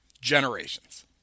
generations